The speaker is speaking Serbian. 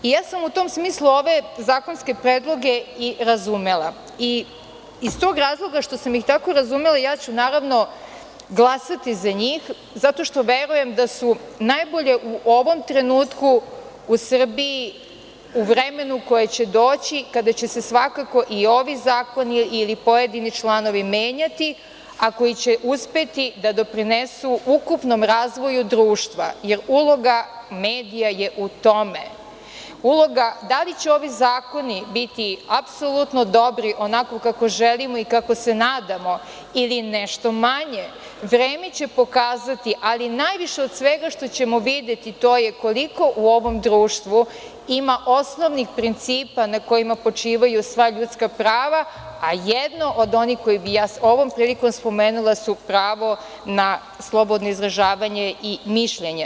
U tom smislu sam ove zakonske predloge i razumela i iz tog razloga što sam ih tako razumela, ja ću naravno glasati za njih zato što verujem da su najbolje u ovom trenutku u Srbiji, u vremenu koje će doći, kada će se svakako i ovi zakoni ili pojedini članovi menjati, a koji će uspeti da doprinesu ukupnom razvoju društva, jer uloga medija je u tome, uloga da li će ovi zakoni biti apsolutno dobri onako kako želimo i kako se nadamo ili nešto manje, vreme će pokazati, ali najviše od svega što ćemo videti, to je koliko u ovom društvu ima osnovnih principa na kojima počivaju sva ljudska prava, a jedno od onih koje bih ja ovom prilikom spomenula su pravo na slobodno izražavanje i mišljenje.